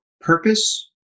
purpose